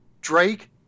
Drake